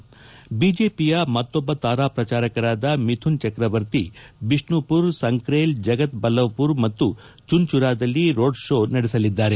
ಐಜೆಪಿಯ ಮತ್ತೊಬ್ಬ ತಾರಾ ಪ್ರಜಾರಕರಾದ ಮಿಥುನ್ ಚಕ್ರವರ್ತಿ ಬಿಷ್ಣುಮರ್ ಸಂಕ್ರೇಲ್ ಜಗತ್ ಬಲ್ಲವಮರ್ ಮತ್ತು ಚುನ್ಚುರಾದಲ್ಲಿ ರೋಡ್ ಕೋ ನಡೆಸಲಿದ್ದಾರೆ